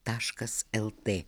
taškas lt